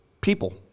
people